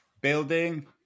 building